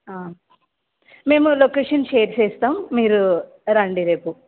మేము location share చేస్తాం మీరు రండి రేపు